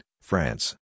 France